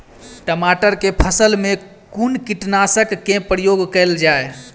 टमाटर केँ फसल मे कुन कीटनासक केँ प्रयोग कैल जाय?